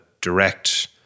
direct